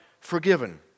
forgiven